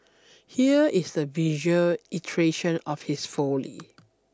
here is the visual iteration of his folly